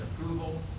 approval